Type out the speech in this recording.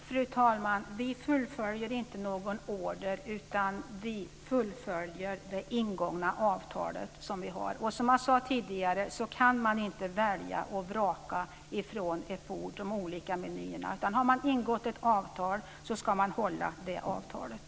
Fru talman! Vi fullföljer inte någon order, utan vi fullföljer ett ingånget avtal. Som jag tidigare sade kan man inte välja och vraka från ett bord och olika menyer. Har man ingått ett avtal ska man också hålla det avtalet.